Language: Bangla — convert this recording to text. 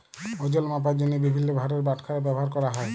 ওজল মাপার জ্যনহে বিভিল্ল্য ভারের বাটখারা ব্যাভার ক্যরা হ্যয়